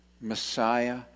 Messiah